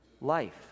life